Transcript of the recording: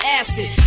acid